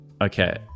okay